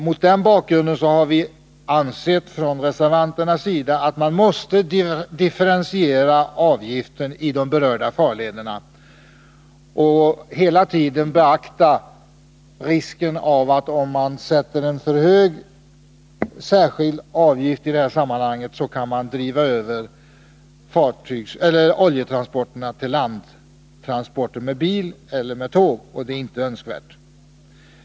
Mot den bakgrunden anser vi reservanter att man måste differentiera avgiften i de berörda farlederna och hela tiden beakta risken av att man med en för hög särskild avgift i detta sammanhang driver över oljetransporterna till landtransporter med bil eller med tåg, vilket inte är önskvärt.